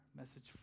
message